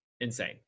insane